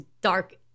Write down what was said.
dark